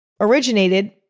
originated